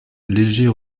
léger